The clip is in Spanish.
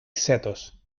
setos